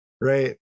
Right